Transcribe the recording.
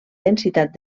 densitat